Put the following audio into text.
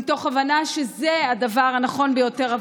מתוך הבנה שזה הדבר הנכון ביותר עבורם,